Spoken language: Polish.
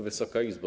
Wysoka Izbo!